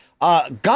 God